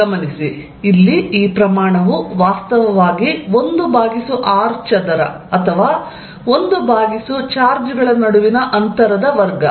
ಗಮನಿಸಿ ಇಲ್ಲಿ ಈ ಪ್ರಮಾಣವು ವಾಸ್ತವವಾಗಿ 1r ಚದರ ಅಥವಾ 1 ಚಾರ್ಜ್ ಗಳ ನಡುವಿನ ಅಂತರದ ವರ್ಗ